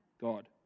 God